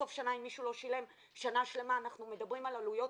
בסוף שנה אם מישהו לא שילם שנה שלמה אנחנו מדברים על עלויות